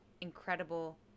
incredible